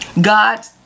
God